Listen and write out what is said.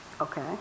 Okay